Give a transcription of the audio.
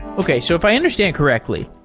okay. so if i understand correctly,